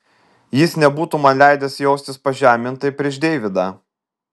jis nebūtų man leidęs jaustis pažemintai prieš deividą